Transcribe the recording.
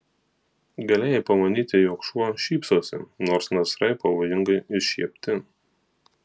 galėjai pamanyti jog šuo šypsosi nors nasrai pavojingai iššiepti